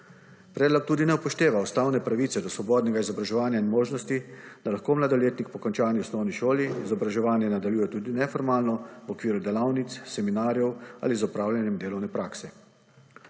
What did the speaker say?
Predlog tudi ne upošteva ustavne pravice do svobodnega izobraževanja in možnosti, da lahko mladoletnik po končani osnovni šoli izobraževanje nadaljuje tudi neformalno v okviru delavnic, seminarjev ali z opravljanjem delovne prakse.